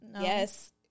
Yes